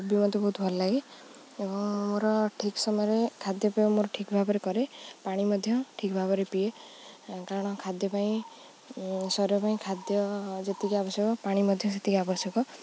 କୋବି ମୋତେ ବହୁତ ଭଲ ଲାଗେ ଏବଂ ମୋର ଠିକ୍ ସମୟରେ ଖାଦ୍ୟପେୟ ମୋର ଠିକ୍ ଭାବରେ କରେ ପାଣି ମଧ୍ୟ ଠିକ୍ ଭାବରେ ପିଏ କାରଣ ଖାଦ୍ୟ ପାଇଁ ଶରୀର ପାଇଁ ଖାଦ୍ୟ ଯେତିକି ଆବଶ୍ୟକ ପାଣି ମଧ୍ୟ ସେତିକି ଆବଶ୍ୟକ